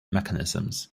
mechanisms